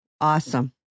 Awesome